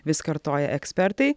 vis kartoja ekspertai